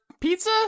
pizza